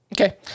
Okay